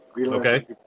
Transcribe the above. Okay